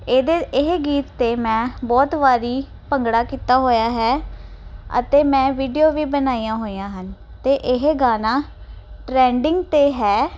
ਇਹਦੇ ਇਹ ਗੀਤ 'ਤੇ ਮੈਂ ਬਹੁਤ ਵਾਰੀ ਭੰਗੜਾ ਕੀਤਾ ਹੋਇਆ ਹੈ ਅਤੇ ਮੈਂ ਵੀਡੀਓ ਵੀ ਬਣਾਈਆਂ ਹੋਈਆਂ ਹਨ ਅਤੇ ਇਹ ਗਾਣਾ ਟਰੈਂਡਿੰਗ 'ਤੇ ਹੈ